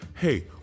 hey